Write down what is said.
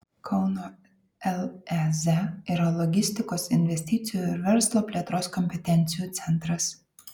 kauno lez yra logistikos investicijų ir verslo plėtros kompetencijų centras